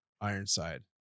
Ironside